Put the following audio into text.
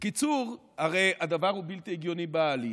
בקיצור, הרי הדבר הוא בלתי הגיוני בעליל: